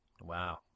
Wow